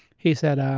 he said, um